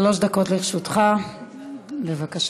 שלוש דקות לרשותך, בבקשה.